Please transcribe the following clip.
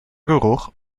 geruch